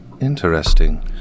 Interesting